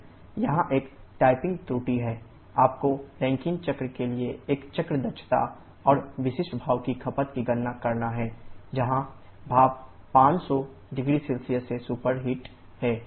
लेकिन यहां एक टाइपिंग त्रुटि है आपको रैंकिन चक्र के लिए एक चक्र दक्षता और विशिष्ट भाप की खपत की गणना करना है जहां भाप 500 0C से सुपरहिट है